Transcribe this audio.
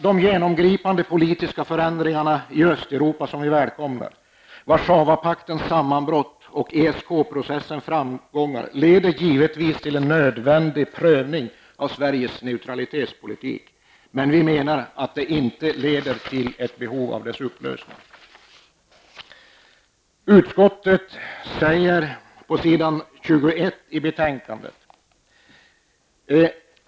De genomgripande politiska förändringarna i Östeuropa som vi välkomnar, processens framgångar, leder givetvis till en nödvändig prövning av Sveriges neutralitetspolitik. Men vi menar att det inte leder till ett behov av dess upplösning.